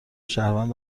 شهروند